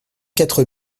quatre